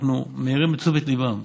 אנחנו מעירים את תשומת ליבם.